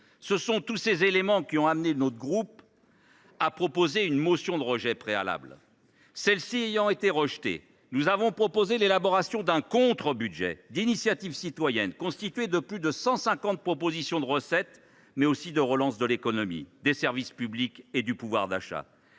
Ce sont tous ces éléments qui ont conduit notre groupe à déposer une motion tendant à opposer la question préalable. Celle ci ayant été rejetée, nous avons proposé l’élaboration d’un contre budget d’initiative citoyenne constitué de plus de 150 propositions de recettes, mais aussi de relance de l’économie, des services publics et du pouvoir d’achat.